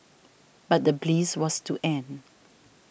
but the bliss was to end